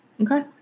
Okay